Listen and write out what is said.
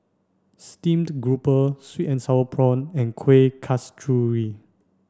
steamed grouper sweet and sour prawn and Kueh Kasturi